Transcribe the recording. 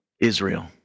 Israel